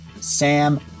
Sam